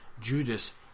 Judas